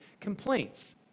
complaints